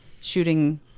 shooting